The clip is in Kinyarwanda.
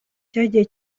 cyagiye